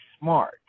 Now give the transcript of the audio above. smart